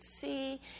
see